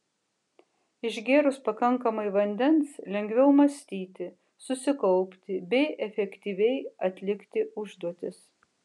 išgėrus pakankamai vandens lengviau mąstyti susikaupti bei efektyviai atlikti užduotis